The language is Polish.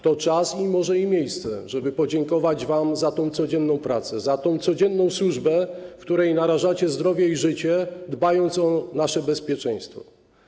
To czas i może i miejsce, żeby podziękować wam za tę codzienną pracę, za tę codzienną służbę, w której narażacie zdrowie i życie, dbając o nasze bezpieczeństwo.